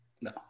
No